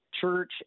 church